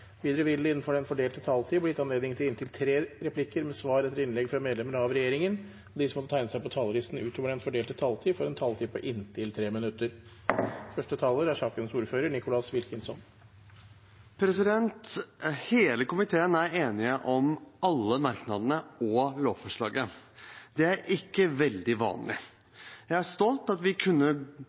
Videre vil det – innenfor den fordelte taletid – bli gitt anledning til inntil fem replikker med svar etter innlegg fra medlemmer av regjeringen, og de som måtte tegne seg på talerlisten utover den fordelte taletid, får en taletid på inntil 3 minutter. Da skal jeg legge fram saken på vegne av saksordfører Hege Liadal. I dag behandler vi en lovfesting av klinisk etikkomité og